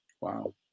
Wow